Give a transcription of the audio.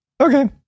Okay